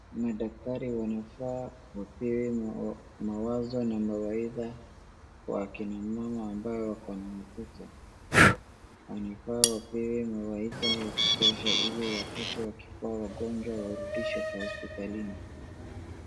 Madaktari wanafaa wapewe mawazo na mawaidha kwa akina mama ambaye wako na watoto. Wanafaa wapewe mawaidha ya kutosha ili watoto wakikuwa wagonjwa warudishwe kwa hospitalini.